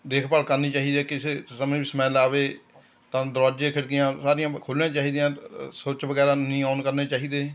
ਦੇਖਭਾਲ ਕਰਨੀ ਚਾਹੀਦੀ ਹੈ ਕਿਸੇ ਸਮੇਂ ਵੀ ਸਮੈਲ ਆਵੇ ਤਾਂ ਦਰਵਾਜੇ ਖਿੜਕੀਆਂ ਸਾਰੀਆਂ ਖੋਲਣੀਆਂ ਚਾਹੀਦੀਆਂ ਹਨ ਸੁੱਚ ਵਗੈਰਾ ਨਹੀਂ ਆਨ ਕਰਨੇ ਚਾਹੀਦੇ